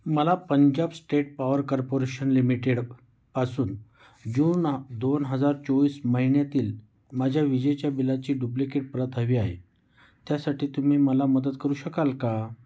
मला Punjab state power corporation लिमिटेडपासून June दोन हजार चोवीस महिन्यातील माझ्या विजेच्या बिलाची डुब्लिकेट प्रत हवी आहे त्यासाठी तुम्ही मला मदत करू शकाल का